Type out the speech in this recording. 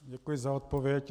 Děkuji za odpověď.